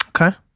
Okay